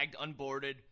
unboarded